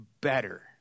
better